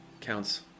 counts